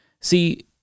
see